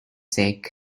sake